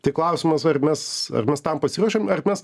tik klausimas ar mes ar mes tam pasiruošėm ar mes